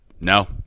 No